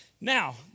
Now